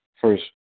first